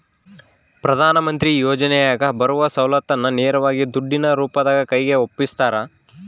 ಪ್ರಧಾನ ಮಂತ್ರಿ ಯೋಜನೆಯಾಗ ಬರುವ ಸೌಲತ್ತನ್ನ ನೇರವಾಗಿ ದುಡ್ಡಿನ ರೂಪದಾಗ ಕೈಗೆ ಒಪ್ಪಿಸ್ತಾರ?